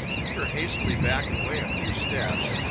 peter hastily backed away a few steps.